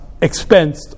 expensed